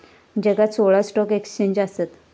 जगात सोळा stock exchange आसत